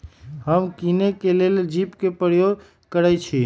हम किने के लेल जीपे कें प्रयोग करइ छी